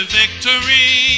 victory